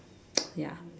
ya